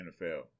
NFL